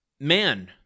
man